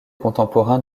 contemporain